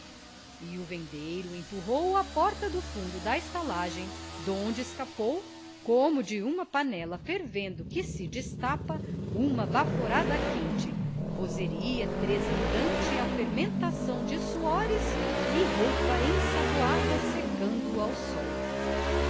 e o vendeiro empurrou a porta do fundo da estalagem de onde escapou como de uma panela fervendo que se destapa uma baforada quente vozeria tresandante à fermentação de suores e roupa ensaboada secando ao sol